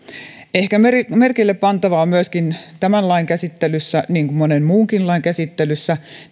ehkä merkille pantavaa on myöskin tämän lain käsittelyssä niin kuin monen muunkin lain käsittelyssä